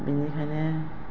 बिनिखायनो